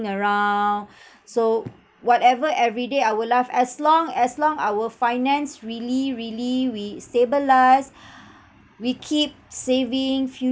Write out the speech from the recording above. around so whatever everyday our life as long as long our finance really really we stabilise we keep saving